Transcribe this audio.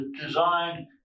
designed